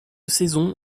saison